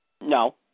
No